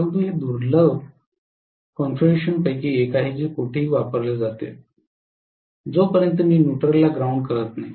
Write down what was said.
परंतु हे दुर्लभ कॉन्फिगरेशनपैकी एक आहे जे कोठेही वापरले जाते जो पर्यंत मी न्यूट्रलला ग्राउंड करत नाही